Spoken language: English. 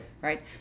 Right